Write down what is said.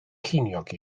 ceiniog